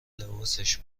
لباسش